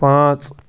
پانٛژھ